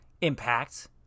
Impact